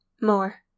More